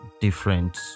different